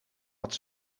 wat